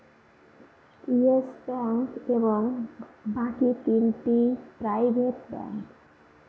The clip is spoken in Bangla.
ইয়েস ব্যাঙ্ক এবং বাকি তিনটা প্রাইভেট ব্যাঙ্ক